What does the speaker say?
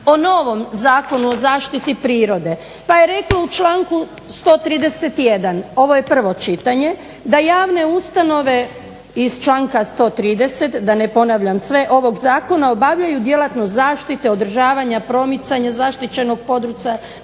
o novom Zakonu o zaštiti prirode pa je reklo u članku 131., ovo je prvo čitanje, da javne ustanove iz članka 130., da ne ponavljam sve, ovog zakona obavljaju djelatnost zaštite, održavanja, promicanja zaštićenog područja